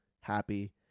happy